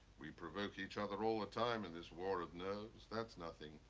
we provoke each other all the time in this war of nerves that's nothing.